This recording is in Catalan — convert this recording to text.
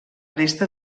resta